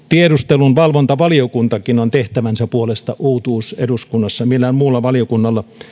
tiedusteluvalvontavaliokuntakin on tehtävänsä puolesta uutuus eduskunnassa millään muulla valiokunnalla